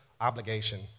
obligation